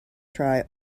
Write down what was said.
try